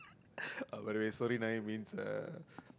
oh by the way means uh